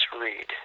read